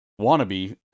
wannabe